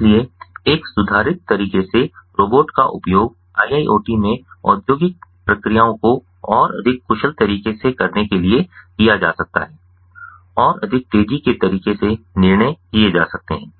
इसलिए एक सुधारित तरीके से रोबोट का उपयोग IIoT में औद्योगिक प्रक्रियाओं को और अधिक कुशल तरीके से करने के लिए किया जा सकता है और अधिक तेजी के तरीके से निर्णय किए जा सकते हैं